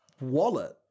wallet